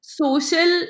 social